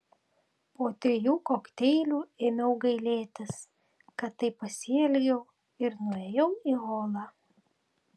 po trijų kokteilių ėmiau gailėtis kad taip pasielgiau ir nuėjau į holą